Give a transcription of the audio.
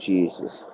Jesus